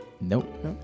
Nope